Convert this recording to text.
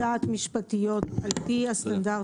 אנחנו נותנים חוות דעת משפטיות על פי הסטנדרטים